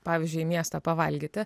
pavyzdžiui į miestą pavalgyti